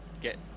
get